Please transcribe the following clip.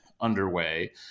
underway